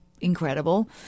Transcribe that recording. incredible